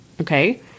Okay